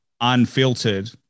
unfiltered